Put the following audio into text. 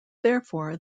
therefore